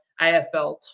AFL